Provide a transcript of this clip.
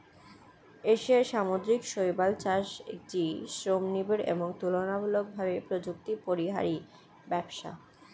এশিয়ার সামুদ্রিক শৈবাল চাষ একটি শ্রমনিবিড় এবং তুলনামূলকভাবে প্রযুক্তিপরিহারী ব্যবসা